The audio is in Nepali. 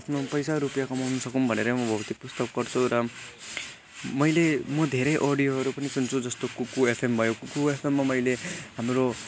आफ्नो पैसा रुपियाँ कमाउन सकुँ भनेर म भोतिक पुस्तक पढ्छु र मैले म धेरै अडियोहरू पनि सुन्छु जस्तो कुकु एफएम भयो कुकु एफएममा मैले हाम्रो